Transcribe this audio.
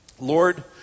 Lord